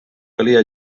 calia